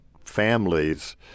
families